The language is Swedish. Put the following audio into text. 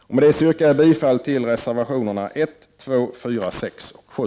Med detta yrkar jag bifall till reservationerna 1, 2, 4, 6 och 7.